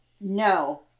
No